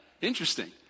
Interesting